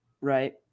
right